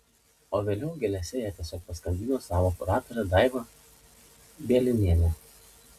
o vėliau gėlėse jie tiesiog paskandino savo kuratorę daivą bielinienę